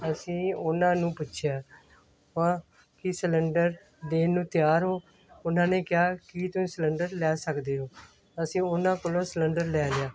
ਅਸੀਂ ਉਹਨਾਂ ਨੂੰ ਪੁੱਛਿਆ ਕਿ ਸਲੰਡਰ ਦੇਣ ਨੂੰ ਤਿਆਰ ਹੋ ਉਹਨਾਂ ਨੇ ਕਿਹਾ ਕਿ ਤੁਸੀਂ ਸਲੰਡਰ ਲੈ ਸਕਦੇ ਹੋ ਅਸੀਂ ਉਹਨਾਂ ਕੋਲੋਂ ਸਲੰਡਰ ਲੈ ਲਿਆ